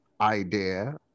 idea